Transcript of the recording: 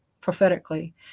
prophetically